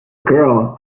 girl